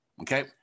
Okay